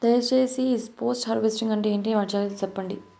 దయ సేసి post harvesting అంటే ఏంటి? వాటి జాగ్రత్తలు సెప్పండి?